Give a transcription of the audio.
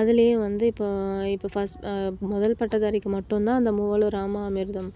அதுலையும் வந்து இப்போ இப்போ ஃபர்ஸ்ட் ஃபர்ஸ்ட் முதல் பட்டதாரிக்கு மட்டும் தான் அந்த மூவலூர் ராமாமிர்தம்